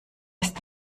ist